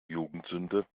jugendsünde